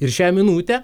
ir šią minutę